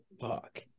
Fuck